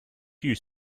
you